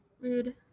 rude